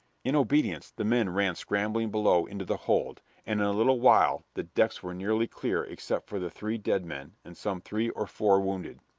in obedience the men ran scrambling below into the hold, and in a little while the decks were nearly clear except for the three dead men and some three or four wounded.